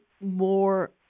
more